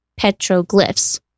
petroglyphs